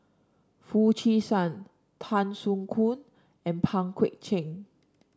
Foo Chee San Tan Soo Khoon and Pang Guek Cheng